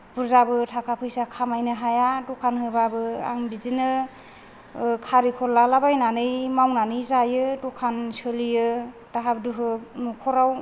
बुरजाबो थाखा फैसा खामायनो हाया दखान होबाबो आं बिदिनो खारिखर लालाबायनानै मावनानै जायो दखान सोलियो दाहाब दुहुब न'खराव